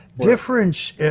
difference